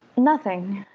nothing,